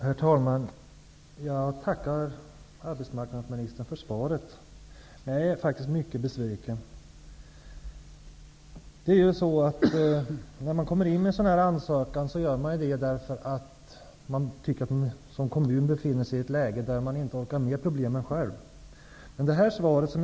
Herr talman! Jag tackar arbetsmarknadsministern för svaret, men jag är faktiskt mycket besviken. En kommun som kommer in med en sådan här ansökan gör det ju därför att den befinner sig i ett läge där den tycker sig inte själv orka med sina problem.